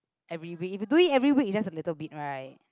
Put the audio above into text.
every week if you do it every week it's just a little bit right